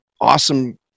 awesome